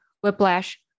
whiplash